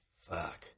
fuck